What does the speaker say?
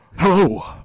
Hello